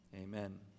amen